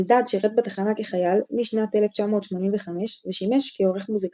אלדד שירת בתחנה כחייל משנת 1985 ושימש כעורך מוזיקלי.